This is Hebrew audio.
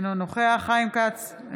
אינו נוכח חיים כץ,